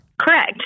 Correct